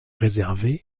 réservé